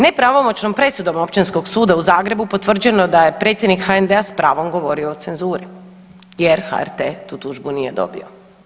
Nepravomoćnom presudom Općinskog suda u Zagrebu, potvrđeno je da je predsjednik HND-a s pravom govorio o cenzuri jer HRT tu tužbu nije dobio.